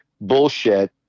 Bullshit